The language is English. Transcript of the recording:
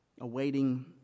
awaiting